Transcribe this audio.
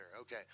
Okay